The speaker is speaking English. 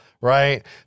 right